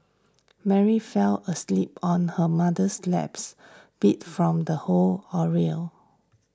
Mary fell asleep on her mother's laps beat from the whole